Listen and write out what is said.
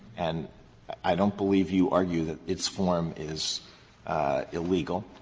and i don't believe you argue that its form is illegal.